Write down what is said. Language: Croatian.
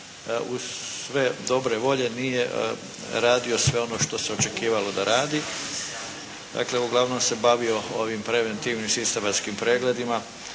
uz sve dobre volje nije radio sve ono što se očekivalo da radi. Dakle, uglavnom se bavio ovim preventivnim sistematskim pregledima,